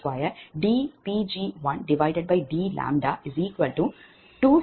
55147